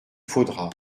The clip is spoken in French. faudra